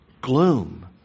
Gloom